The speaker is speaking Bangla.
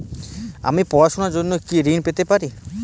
আমি পড়াশুনার জন্য কি ঋন পেতে পারি?